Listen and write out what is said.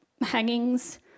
hangings